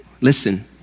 Listen